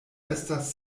estas